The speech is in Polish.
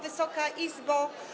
Wysoka Izbo!